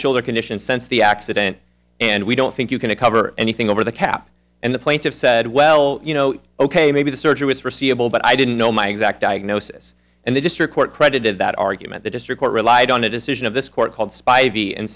shoulder condition since the accident and we don't think you can cover anything over the cap and the plaintiff said well you know ok maybe the surgery was forseeable but i didn't know my exact diagnosis and the district court credited that argument the district court relied on the decision of this court called